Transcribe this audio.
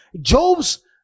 Job's